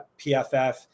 pff